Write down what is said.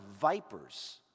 vipers